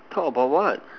talk about what